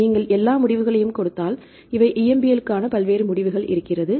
நீங்கள் எல்லா முடிவுகளையும் கொடுத்தால் இவை EMBL க்கான பல்வேறு முடிவுகள் இருக்கிறது